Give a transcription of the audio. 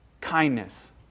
kindness